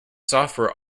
software